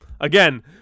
again